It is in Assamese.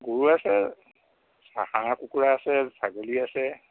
গৰু আছে হাঁহ কুকুৰা আছে ছাগলী আছে